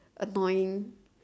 annoying